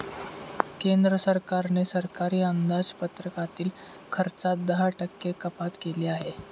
केंद्र सरकारने सरकारी अंदाजपत्रकातील खर्चात दहा टक्के कपात केली आहे